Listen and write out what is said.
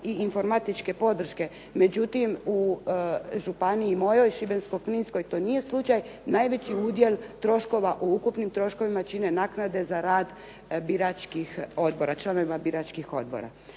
i informatičke podrške. Međutim, u županiji mojoj Šibensko-kninskoj to nije slučaj. Najveći udjel troškova u ukupnim troškovima čine naknade za rad biračkih odbora,